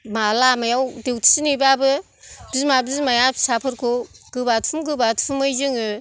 लामायाव देवथि नेबाबो बिमा बिमाया फिसाफोरखौ गोबाथुम गोबाथुमै जोङो